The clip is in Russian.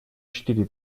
четыре